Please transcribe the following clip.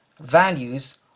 values